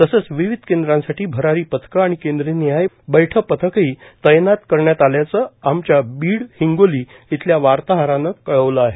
तसंच विविध केंद्रांसाठी भरारी पथकं आणि केंद्रनिहाय बैठं पथकही तैनात करण्यात आल्याचं आमच्या बीड हिंगोली इथल्या वार्ताहरांनी कळवलं आहे